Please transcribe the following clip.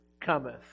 cometh